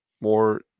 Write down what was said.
more